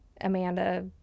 Amanda